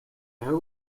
whole